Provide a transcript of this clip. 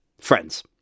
friends